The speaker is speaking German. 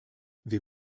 wir